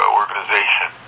organization